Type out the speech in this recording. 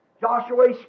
Joshua